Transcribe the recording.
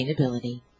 sustainability